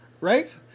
right